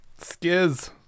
Skiz